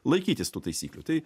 laikytis tų taisyklių tai